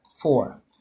four